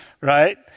right